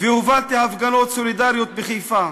והובלתי הפגנות סולידריות בחיפה.